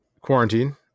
quarantine